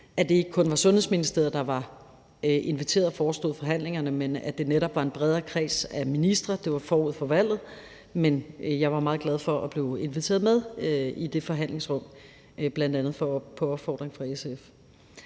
at det ikke kun var Indenrigs- og Sundhedsministeriet, der inviterede og forestod forhandlingerne, men at det netop var en bredere kreds af ministre – det var forud for valget – og jeg var meget glad for at blive inviteret med i det forhandlingsrum, bl.a. på opfordring fra SF.